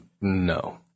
no